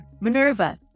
Minerva